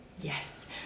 Yes